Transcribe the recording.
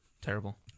terrible